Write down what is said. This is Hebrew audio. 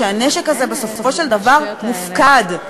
שהנשק הזה בסופו של דבר מופקד,